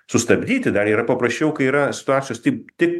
sustabdyti dar yra paprasčiau kai yra situacijos tik tik